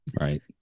right